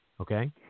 Okay